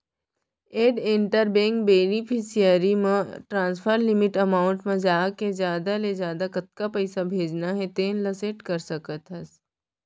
add inter bank beneficiary म transfer limit amount म जाके जादा ले जादा कतका पइसा भेजना हे तेन ल सेट कर सकत हस